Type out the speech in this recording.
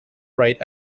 right